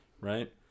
right